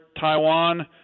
Taiwan